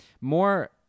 more